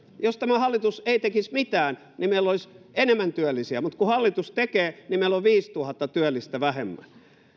jos tämä hallitus ei tekisi mitään niin meillä olisi enemmän työllisiä mutta kun hallitus tekee niin meillä on viisituhatta työllistä vähemmän